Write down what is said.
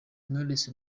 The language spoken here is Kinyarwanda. knowless